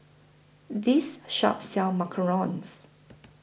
This Shop sells Macarons